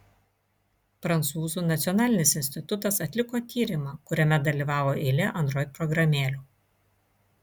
prancūzų nacionalinis institutas atliko tyrimą kuriame dalyvavo eilė android programėlių